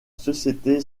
société